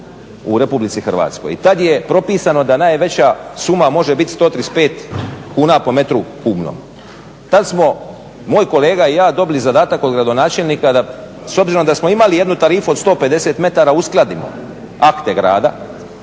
u RH i tad je propisano da najveća suma može biti 135 kuna po metru kubnom. Tad smo moj kolega i ja dobili zadatak od gradonačelnika s obzirom da smo imali jednu tarifu od 150 m uskladimo akte grada